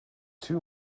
two